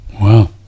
Wow